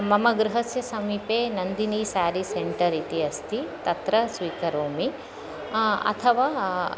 मम गृहस्य समीपे नन्दिनी सारि सेण्टर् इति अस्ति तत्र स्वीकरोमि अथवा